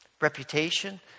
reputation